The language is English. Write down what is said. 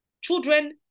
Children